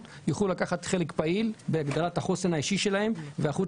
יוכלו לקחת חלק פעיל בהגדרת החוסן האישי שלהם והיערכות